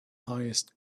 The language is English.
highest